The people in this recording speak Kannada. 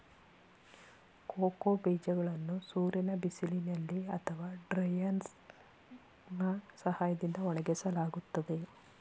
ಕೋಕೋ ಬೀಜಗಳನ್ನು ಸೂರ್ಯನ ಬಿಸಿಲಿನಲ್ಲಿ ಅಥವಾ ಡ್ರೈಯರ್ನಾ ಸಹಾಯದಿಂದ ಒಣಗಿಸಲಾಗುತ್ತದೆ